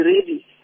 ready